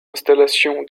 installation